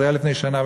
זה היה לפני שנה,